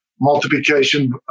multiplication